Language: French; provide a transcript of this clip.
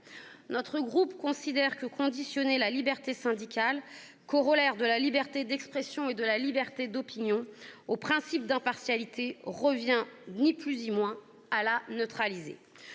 Le groupe CRCE considère que conditionner la liberté syndicale, corollaire de la liberté d'expression et de la liberté d'opinion, au principe d'impartialité revient ni plus ni moins à la neutraliser.